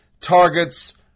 targets